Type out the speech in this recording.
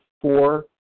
four